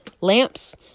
lamps